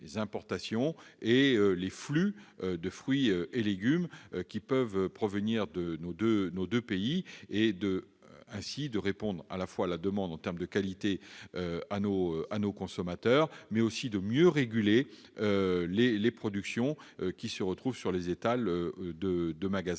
les importations et les flux de fruits et légumes qui peuvent provenir de nos deux pays, afin de répondre à la demande de qualité des consommateurs, mais aussi pour mieux réguler les productions qui se retrouvent sur les étals des marchands.